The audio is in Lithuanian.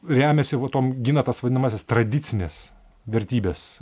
remiasi va tom gina tas vadinamąsias tradicines vertybes